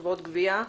פקודת העיריות (מס' 149) (חברות גבייה),